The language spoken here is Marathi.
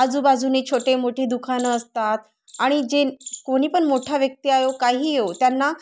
आजूबाजूने छोटे मोठी दुकानं असतात आणि जे कोणी पण मोठा व्यक्ती आयो काही येवो त्यांना